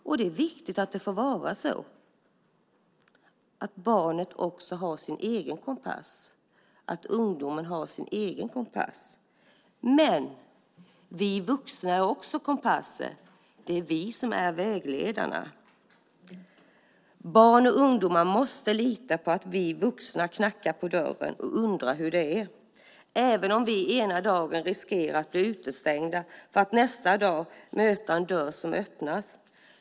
Och det är viktigt att det får vara så, att barnet och ungdomen har sin egen kompass. Men vi vuxna är också kompasser. Det är vi som är vägledarna. Barn och ungdomar måste lita på att vi vuxna knackar på dörren och undrar hur det är, även om vi ena dagen riskerar att bli utestängda för att nästa dag möta en dörr som öppnas.